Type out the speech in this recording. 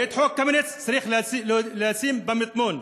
ואת חוק קמיניץ צריך לשם במטמון.